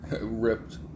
ripped